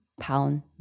pound